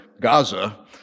Gaza